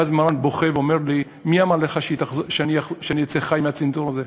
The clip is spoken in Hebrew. ואז מרן בוכה ואומר לי: מי אמר לך שאני אצא חי מהצנתור הזה?